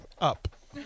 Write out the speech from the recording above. up